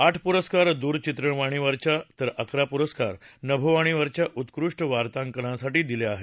आठ पुरस्कार दूरचित्रवाणीवरच्या तर अकरा पुरस्कार नभोवाणीवरच्या उत्कृष्ट वार्तांकनासाठी दिले आहेत